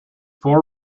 four